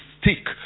stick